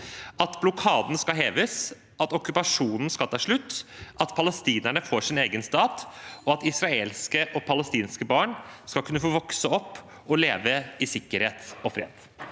at blokaden skal heves, at okkupasjonen skal ta slutt, at palestinerne får sin egen stat, og at israelske og palestinske barn skal kunne få vokse opp og leve i sikkerhet og fred.